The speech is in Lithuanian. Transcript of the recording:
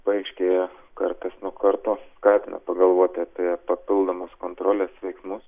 paaiškėja kartas nuo karto skatina pagalvoti apie papildomus kontrolės veiksmus